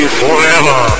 forever